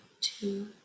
two